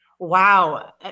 Wow